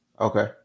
Okay